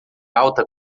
alta